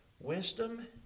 wisdom